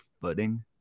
footing